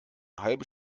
halbe